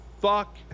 fuck